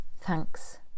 Thanks